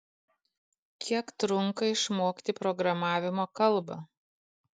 kiek trunka išmokti programavimo kalbą